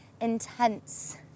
intense